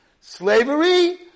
slavery